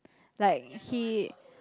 like he